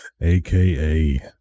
aka